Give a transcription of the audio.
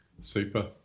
Super